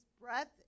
breath